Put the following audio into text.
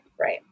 right